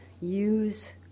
Use